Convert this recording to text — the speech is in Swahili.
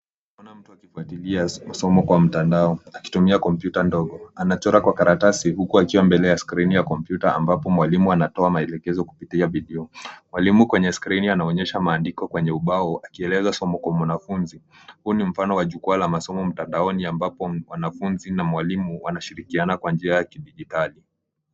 Naona mtu akifuatilia somo mtandao akitumia kompyuta ndogo. Anachora kwa karatasi huku akiwa mbele ya skrini ya kompyuta ambapo mwalimu anatoa maelekezao kupitia video. Mwalimu kwneye skrini anaonyesha maandiko kwenye ubao akieleza somo kwa mwanafunzi. Huu ni mfano wa jukwaa la masomo mtandaoni ambapo wanafunzi na walimu wanashirikiana kwa njia ya kidijitali.